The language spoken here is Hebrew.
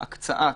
ההקצאה.